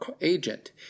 agent